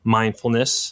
mindfulness